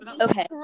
okay